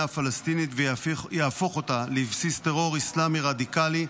הפלסטינית ויהפוך אותה לבסיס טרור אסלאמי רדיקלי,